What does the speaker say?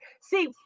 see